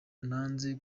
nanze